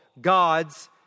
God's